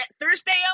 Thursday